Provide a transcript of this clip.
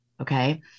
Okay